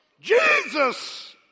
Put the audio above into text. Jesus